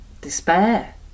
despair